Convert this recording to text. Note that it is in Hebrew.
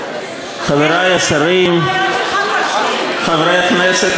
חברי הכנסת, זה רעיון שלך, כל החוק הזה, נכון.